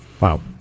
Wow